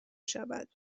شود